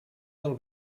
del